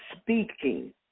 speaking